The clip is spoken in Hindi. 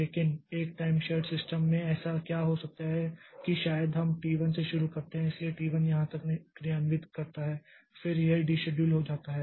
लेकिन एक टाइम शेर्ड सिस्टम में ऐसा क्या हो सकता है कि शायद हम टी 1 से शुरू करते हैं इसलिए टी 1 यहाँ तक क्रियान्वित करता है फिर यह डीशेड्यूल हो जाता है